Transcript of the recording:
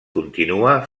continua